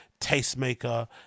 tastemaker